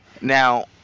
Now